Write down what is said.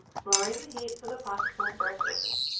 lowering the heat so the pockets won't burst open.